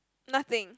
nothing